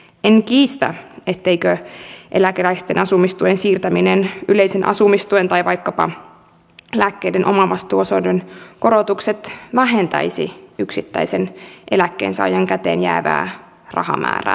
en kiistä etteivätkö eläkeläisten asumistuen siirtäminen yleisen asumistuen piiriin tai vaikkapa lääkkeiden omavastuuosuuden korotukset vähentäisi yksittäisen eläkkeensaajan käteenjäävää rahamäärää